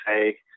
say